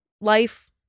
life